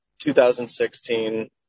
2016